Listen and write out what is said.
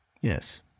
Yes